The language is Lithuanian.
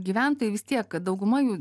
gyventojai vis tiek kad dauguma jų